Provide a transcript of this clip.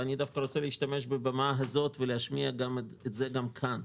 ואני דווקא רוצה להשתמש בבמה הזאת ולהשמיע את זה גם כאן,